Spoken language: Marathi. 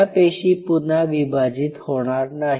या पेशी पुन्हा विभाजित होणार नाही